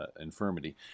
infirmity